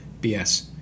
BS